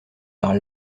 par